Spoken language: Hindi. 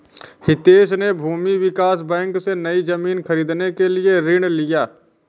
हितेश ने भूमि विकास बैंक से, नई जमीन खरीदने के लिए ऋण लिया